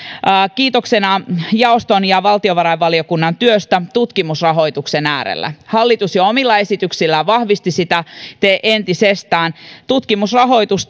kiitoksena jaoston ja valtiovarainvaliokunnan työstä tutkimusrahoituksen äärellä hallitus jo omilla esityksillään vahvisti sitä entisestään tutkimusrahoitus